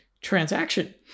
transaction